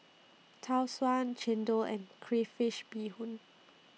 Tau Suan Chendol and Crayfish Beehoon